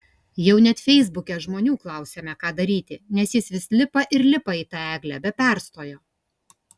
jau net feisbuke žmonių klausėme ką daryti nes jis vis lipa ir lipa į tą eglę be perstojo